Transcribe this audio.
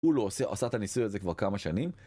הוא לא עשה את הניסוי הזה כבר כמה שנים